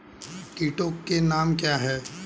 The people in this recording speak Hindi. कीटों के नाम क्या हैं?